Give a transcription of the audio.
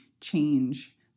change